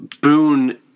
Boone